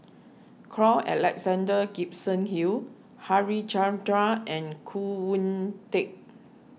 Carl Alexander Gibson Hill Harichandra and Khoo Oon Teik